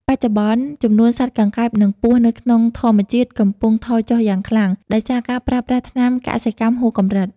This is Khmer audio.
បច្ចុប្បន្ន ចំនួនសត្វកង្កែប និងពស់នៅក្នុងធម្មជាតិកំពុងថយចុះយ៉ាងខ្លាំង ដោយសារការប្រើប្រាស់ថ្នាំកសិកម្មហួសកម្រិត។